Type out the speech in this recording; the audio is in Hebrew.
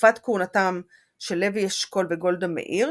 בתקופת כהונתם של לוי אשכול וגולדה מאיר,